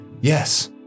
Yes